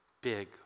big